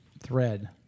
thread